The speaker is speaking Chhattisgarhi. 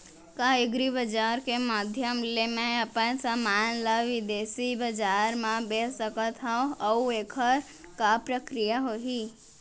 का एग्रीबजार के माधयम ले मैं अपन समान ला बिदेसी बजार मा बेच सकत हव अऊ एखर का प्रक्रिया होही?